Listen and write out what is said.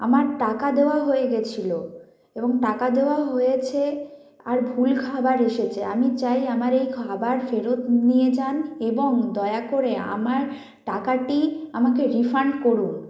আমার টাকা দেওয়া হয়ে গিয়েছিল এবং টাকা দেওয়া হয়েছে আর ভুল খাবার এসেছে আমি চাই আমার এই খাবার ফেরত নিয়ে যান এবং দয়া করে আমার টাকাটি আমাকে রিফান্ড করুন